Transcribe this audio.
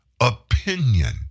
opinion